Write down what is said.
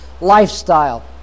lifestyle